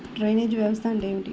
Drainage వ్యవస్థ అంటే ఏమిటి?